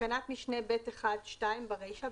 בתקנת משנה (ב1)(2) ברישה,